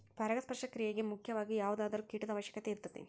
ಪರಾಗಸ್ಪರ್ಶ ಕ್ರಿಯೆಗೆ ಮುಖ್ಯವಾಗಿ ಯಾವುದಾದರು ಕೇಟದ ಅವಶ್ಯಕತೆ ಇರತತಿ